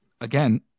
Again